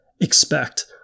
expect